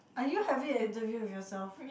are you having an interview yourself